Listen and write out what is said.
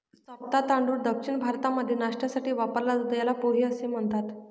चपटा तांदूळ दक्षिण भारतामध्ये नाष्ट्यासाठी वापरला जातो, याला पोहे असं म्हणतात